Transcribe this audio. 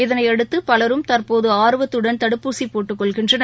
இதனையடுத்து பலரும் தற்போதுஆர்வத்துடன் தடுப்பூசிபோட்டுக்கொள்கின்றனர்